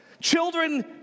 Children